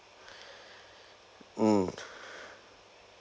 mm